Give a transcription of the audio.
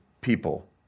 people